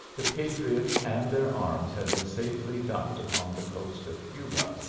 the patriots and their arms had been safely dumped upon the coast of cuba,